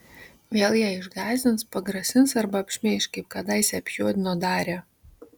vėl ją išgąsdins pagrasins arba apšmeiš kaip kadaise apjuodino darią